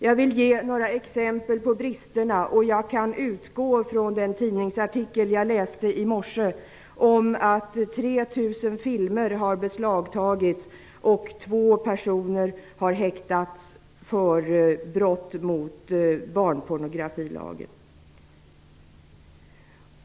Jag vill ta upp några exempel på bristerna, och jag utgår från en tidningsartikel som jag läste i morse om att 3 000 filmer har beslagtagits och två personer har häktats för brott mot barnpornografilagen.